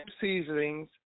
seasonings